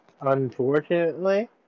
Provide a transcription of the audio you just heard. Unfortunately